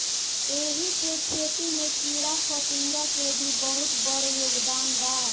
एही से खेती में कीड़ाफतिंगा के भी बहुत बड़ योगदान बा